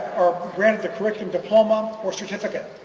or granted the curriculum diploma or certificate.